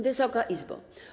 Wysoka Izbo!